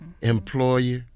employer